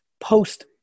post